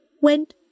went